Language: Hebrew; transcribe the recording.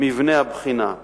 מבנה הבחינה.